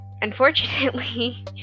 unfortunately